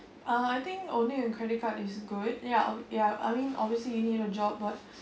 uh I think owning a credit card is good ya ya I mean obviously you need a job but